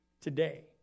today